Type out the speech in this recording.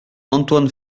antoine